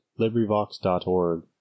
LibriVox.org